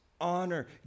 honor